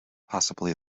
possibly